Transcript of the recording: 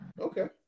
Okay